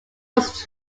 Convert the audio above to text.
was